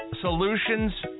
solutions